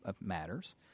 matters